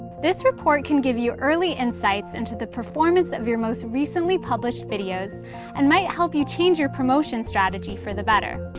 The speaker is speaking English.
this report can give you early insights into the performance of your most recently published videos and might help you change your promotion strategy for the better.